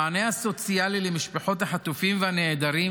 המענה הסוציאלי למשפחות החטופים והנעדרים